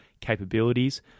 capabilities